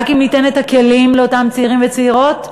רק אם ניתן את הכלים לאותם צעירים וצעירות,